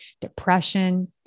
depression